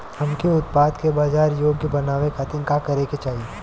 हमके उत्पाद के बाजार योग्य बनावे खातिर का करे के चाहीं?